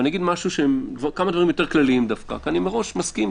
ואני אגיד כמה דברים יותר כלליים דווקא כי אני מראש מסכים.